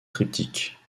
triptyque